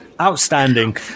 outstanding